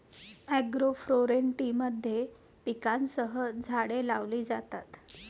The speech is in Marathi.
एग्रोफोरेस्ट्री मध्ये पिकांसह झाडे लावली जातात